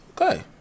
okay